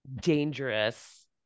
dangerous